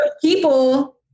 people